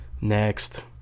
Next